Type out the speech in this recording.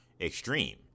extreme